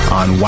on